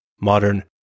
modern